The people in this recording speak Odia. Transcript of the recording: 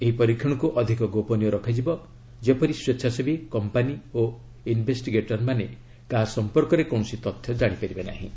ଏହି ପରୀକ୍ଷଣକୁ ଅଧିକ ଗୋପନୀୟ ରଖାଯିବ ଯେପରି ସ୍ପେଚ୍ଛାସେବୀ କମ୍ପାନୀ ଓ ଇନ୍ଭେଷ୍ଟିଗେଟରମାନେ କାହା ସମ୍ପର୍କରେ କୌଣସି ତଥ୍ୟ କାଣିପାରିବେ ନାହିଁ